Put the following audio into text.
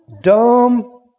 Dumb